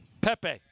Pepe